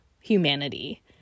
humanity